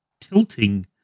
tilting